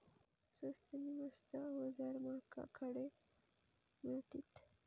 स्वस्त नी मस्त अवजारा माका खडे मिळतीत?